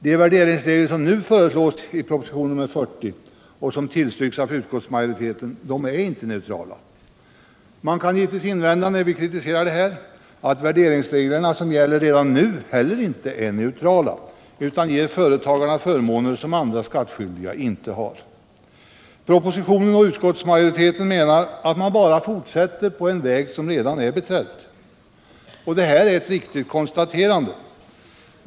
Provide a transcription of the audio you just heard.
De värderingsregler som nu föreslås i propositionen nr 40, och som tillstyrks av utskottsmajoriteten, är inte neutrala. Man kan givetvis invända att de värderingsregler som redan nu gäller inte heller är neutrala utan ger företagarna förmåner som andra skattskyldiga inte har. Den uppfattning som redovisas i propositionen och av utskottsmajoriteten innebär att man bara fortsätter på en väg som redan är beträdd, och det är ett riktigt konstaterande.